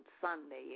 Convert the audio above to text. Sunday